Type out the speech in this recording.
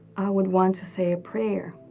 would want to say a prayer